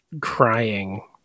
crying